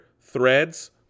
Threads